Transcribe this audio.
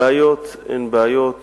הבעיות הן בעיות